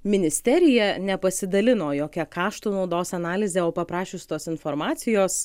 ministerija nepasidalino jokia kaštų naudos analize o paprašius tos informacijos